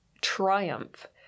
triumph